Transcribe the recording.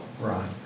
Right